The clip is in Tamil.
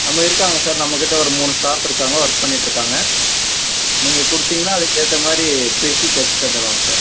ஆமாம் இருக்காங்கள் சார் நம்மக்கிட்ட ஒரு மூணு ஸ்டாஃப் இருக்காங்கள் ஒர்க் பண்ணிகிட்டு இருக்காங்கள் நீங்கள் கொடுத்தீங்கன்னா அதுக்கு ஏற்ற மாதிரி பிரிச்சுத் தைச்சு தந்துருவாங்கள் சார்